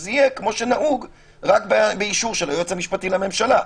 זה צריך להיות באישור היועץ המשפטי לממשלה.